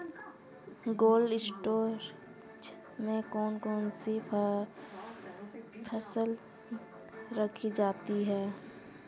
Cold storage में कौन कौन सी फसलें रखी जाती हैं?